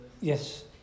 Yes